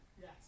Yes